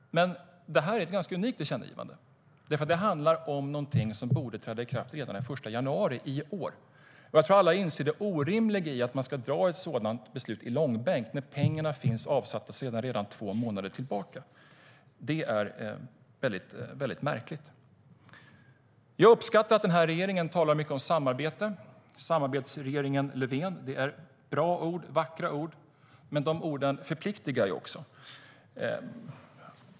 Men det här är ett ganska unikt tillkännagivande. Det handlar nämligen om någonting som borde ha trätt i kraft redan den 1 januari i år. Jag tror att alla inser det orimliga i att man ska dra ett sådant beslut i långbänk när pengarna redan finns avsatta sedan två månader tillbaka. Det är väldigt märkligt. Jag uppskattar att den här regeringen talar mycket om samarbete. Samarbetsregeringen Löfven är bra och vackra ord. Men de orden förpliktar också.